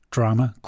Drama